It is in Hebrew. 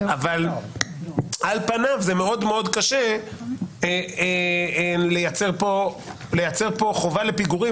על פניו זה מאוד קשה לייצר פה חובה לפיגורים,